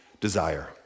Desire